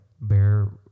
bear